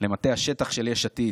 למטה השטח של יש עתיד,